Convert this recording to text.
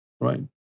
Right